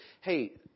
hey